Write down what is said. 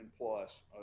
plus